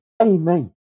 Amen